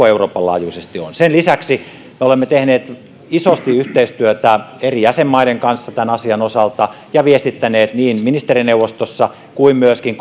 euroopan laajuisesti on sen lisäksi me olemme tehneet isosti yhteistyötä eri jäsenmaiden kanssa tämän asian osalta ja viestittäneet niin ministerineuvostossa kuin myöskin